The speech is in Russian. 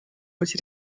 быть